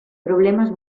problemas